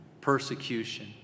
persecution